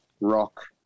Rock